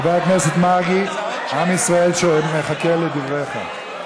חבר הכנסת מרגי, עם ישראל מחכה לדבריך.